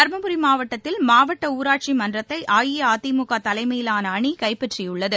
தருமபுரி மாவட்டத்தில் மாவட்ட ஊராட்சி மன்றத்தை அஇஅதிமுக தலைமையிலான அணி கைப்பற்றியுள்ளது